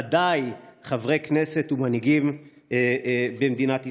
ודאי חברי כנסת ומנהיגים במדינת ישראל.